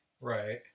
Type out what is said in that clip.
Right